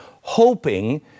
hoping